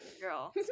girl